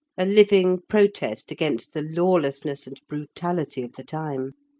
a living protest against the lawlessness and brutality of the time.